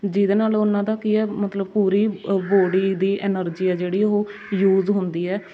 ਜਿਹਦੇ ਨਾਲ਼ ਉਹਨਾਂ ਦਾ ਕੀ ਹੈ ਮਤਲਬ ਪੂਰੀ ਅ ਬੋਡੀ ਦੀ ਐਨਰਜੀ ਆ ਜਿਹੜੀ ਉਹ ਯੂਜ਼ ਹੁੰਦੀ ਹੈ